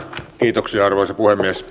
kiitoksia arvoisa puhemies